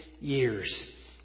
years